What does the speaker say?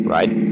Right